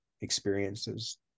experiences